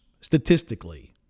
statistically